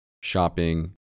shopping